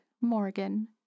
Morgan